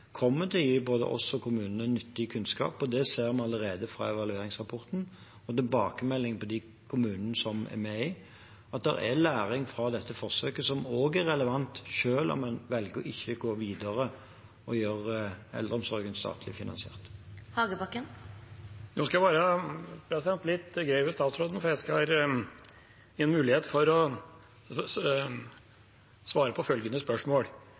kommer til å gi både oss og kommunene nyttig kunnskap. Vi ser allerede fra evalueringsrapporten og tilbakemeldingene fra de kommunene som er med, at det er læring fra dette forsøket som er relevant, selv om en velger ikke å gå videre og gjøre eldreomsorgen statlig finansiert. Nå skal jeg være litt grei med statsråden, for jeg skal gi ham mulighet til å svare på følgende spørsmål: